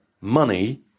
money